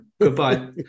Goodbye